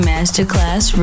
Masterclass